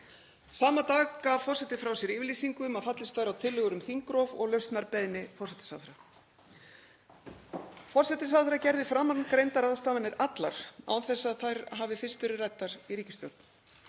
Sama dag gaf forseti frá sér yfirlýsingu um að fallist væri á tillögur um þingrof og lausnarbeiðni forsætisráðherra. Forsætisráðherra gerði framangreindar ráðstafanir allar án þess að þær hafi fyrst verið ræddar í ríkisstjórn.